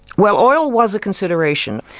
well oil was a consideration.